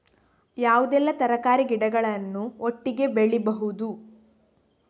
ಯಾವುದೆಲ್ಲ ತರಕಾರಿ ಗಿಡಗಳನ್ನು ಒಟ್ಟಿಗೆ ಬೆಳಿಬಹುದು?